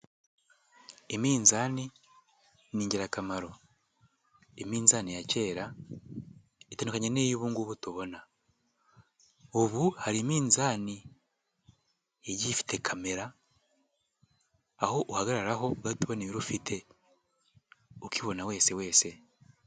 Iminzani ni ingirakamaro, iminzani ya kera itandukanye niy'ubungubu tubona, ubu hari iminzani igiye ifite kamera, aho uhagararaho ugahita ubona ibiro ufite ,ukibona wese wese.